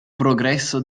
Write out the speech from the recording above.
progresso